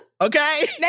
okay